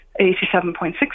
87.6%